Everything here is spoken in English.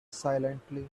silently